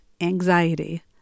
anxiety